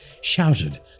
shouted